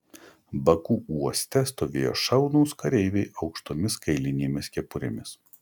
baku uoste stovėjo šaunūs kareiviai aukštomis kailinėmis kepurėmis